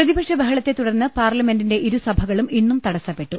പ്രതിപക്ഷ ബഹളത്തെ തുടർന്ന് പാർലമെന്റിന്റെ ഇരു സഭകളും ഇന്നും തടസ്സപ്പെട്ടു